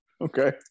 Okay